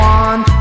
one